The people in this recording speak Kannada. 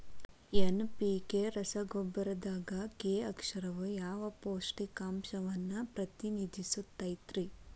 ಎನ್.ಪಿ.ಕೆ ರಸಗೊಬ್ಬರದಾಗ ಕೆ ಅಕ್ಷರವು ಯಾವ ಪೋಷಕಾಂಶವನ್ನ ಪ್ರತಿನಿಧಿಸುತೈತ್ರಿ?